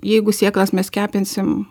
jeigu sėklas mes kepinsim